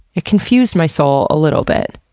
it confused my soul a little bit,